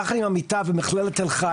יחד עם עמיתיו במכללת תל-חי,